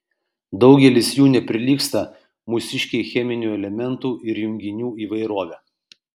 daugelis jų neprilygsta mūsiškei cheminių elementų ir junginių įvairove